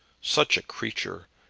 such a creature!